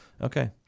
okay